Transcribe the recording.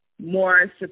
more